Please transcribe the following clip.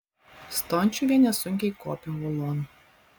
stončiuvienė sunkiai kopė uolon